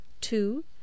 two